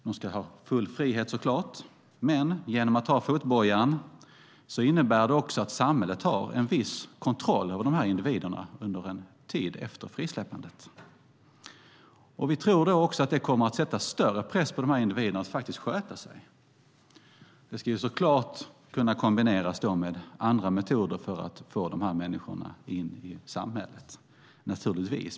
De ska ha full frihet såklart, men fotbojan innebär att samhället har en viss kontroll över individerna under en tid efter frisläppandet. Vi tror att det kommer att sätta större press på dessa individer att sköta sig. Fotbojan ska naturligtvis kunna kombineras med andra metoder för att få dessa människor in i samhället.